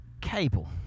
cable